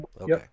Okay